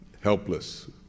helpless